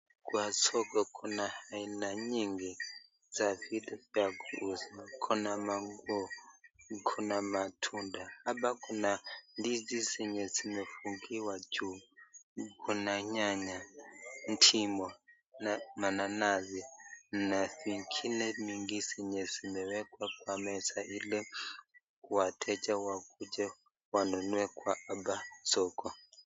Kwa soko Kuna aina nyingi za vitu za kuuza. Kuna manguo, Kuna matunda hapo Kuna ndizi zenye zimefunguwa juu. Kuna nyanya, ndimu, mananasi na zingine zenye zimewekwa kwa meza ili wateja wakuje kununua hapa soko.